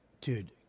dude